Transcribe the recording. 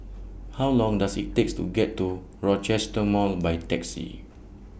How Long Does IT takes to get to Rochester Mall By Taxi